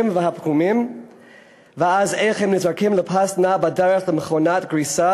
והפגומים ואז איך הם נזרקים לפס נע בדרך למכונת גריסה,